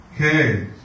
Okay